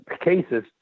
cases